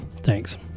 Thanks